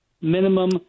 minimum